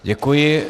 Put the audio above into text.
Děkuji.